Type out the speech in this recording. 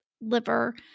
liver